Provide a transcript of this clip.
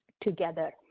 together